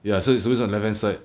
ya so it's always on left hand side